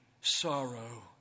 sorrow